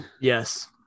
Yes